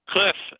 Cliff